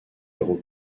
héros